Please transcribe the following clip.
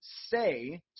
say